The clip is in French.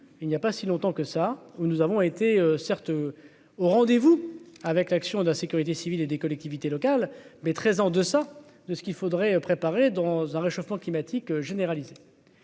il n'y a pas si longtemps que ça, où nous avons été certes au rendez-vous avec l'action de la sécurité civile et des collectivités locales, mais très en deçà de ce qu'il faudrait préparer dans un réchauffement climatique généralisé